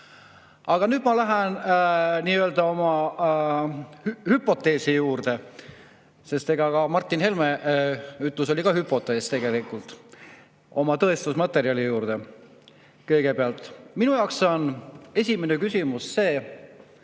Aga nüüd ma lähen nii-öelda oma hüpoteesi juurde – ka Martin Helme ütlus oli hüpotees tegelikult –, oma tõestusmaterjali juurde. Kõigepealt, minu jaoks on esimene küsimus see,